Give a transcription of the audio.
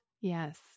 Yes